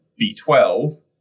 B12